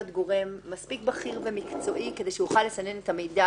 גורם מספיק בכיר ומקצועי שיוכל לסנן את המידע,